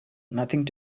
nothing